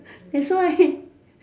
that's why